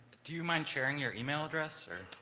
do you mind sharing your email address, or.